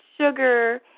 sugar